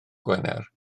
gwener